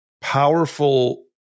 powerful